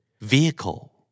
Vehicle